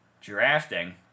drafting